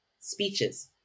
speeches